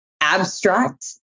abstract